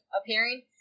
appearing